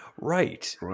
Right